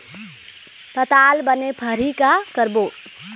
पताल बने फरही का करबो?